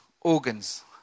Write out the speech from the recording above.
organs